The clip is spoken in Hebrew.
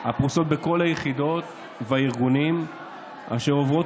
הפרוסות בכל היחידות והארגונים אשר עוברות